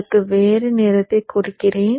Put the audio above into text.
அதற்கு வேறு நிறத்தைக் கொடுக்கிறேன்